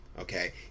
Okay